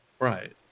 right